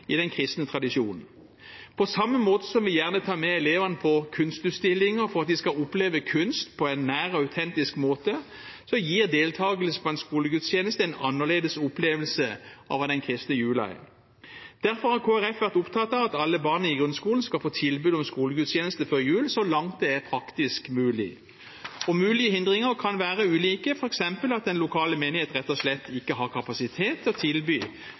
i den kristne tradisjon. På samme måte som vi gjerne tar med elevene på kunstutstillinger for at de skal oppleve kunst på en nær og autentisk måte, gir deltakelse på en skolegudstjeneste en annerledes opplevelse av hva den kristne julen er. Derfor har Kristelig Folkeparti vært opptatt av at alle barn i grunnskolen skal få tilbud om skolegudstjeneste før jul så langt det er praktisk mulig. Mulige hindringer kan være ulike, f.eks. at den lokale menigheten rett og slett ikke har kapasitet til å tilby